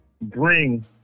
bring